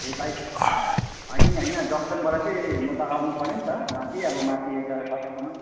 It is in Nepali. ए बाइक होइन यहीँ होइन जङ्सनबाट चाहिँ म त आउनु पऱ्यो नि त माथि अब माथि यता सडकसमन